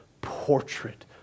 portrait